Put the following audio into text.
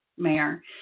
mayor